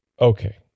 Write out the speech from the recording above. Okay